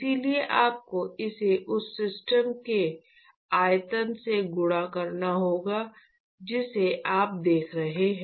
इसलिए आपको इसे उस सिस्टम के आयतन से गुणा करना होगा जिसे आप देख रहे हैं